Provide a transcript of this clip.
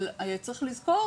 אבל צריך לזכור